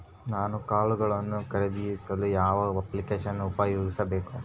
ನಾನು ಕಾಳುಗಳನ್ನು ಖರೇದಿಸಲು ಯಾವ ಅಪ್ಲಿಕೇಶನ್ ಉಪಯೋಗಿಸಬೇಕು?